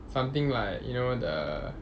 something like you know the